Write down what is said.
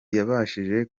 yabashije